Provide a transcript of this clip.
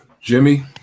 Jimmy